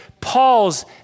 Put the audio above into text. Paul's